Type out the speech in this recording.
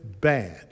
bad